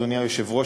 אדוני היושב-ראש,